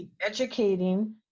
educating